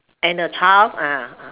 and a child uh